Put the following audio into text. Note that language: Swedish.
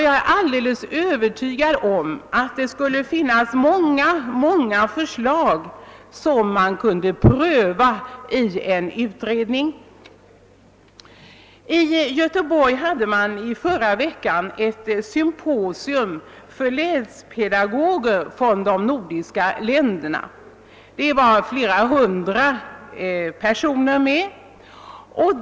Jag är övertygad om att det finns många förslag till en föräldrautbildning som skulle kunna prövas. I Göteborg hölls förra veckan ett symposium för läspedagoger från de nordiska länderna med flera hundra deltagare.